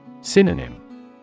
Synonym